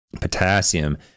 potassium